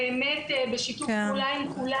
באמת בשיתוף פעולה עם כולם,